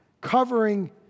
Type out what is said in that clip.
covering